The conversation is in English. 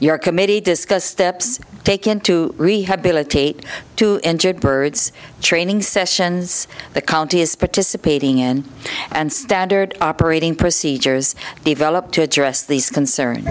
your committee discuss the taken to rehabilitate two injured birds training sessions the county is participating in and standard operating procedures developed to address these concern